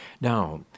Now